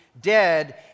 Dead